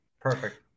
Perfect